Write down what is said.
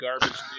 garbage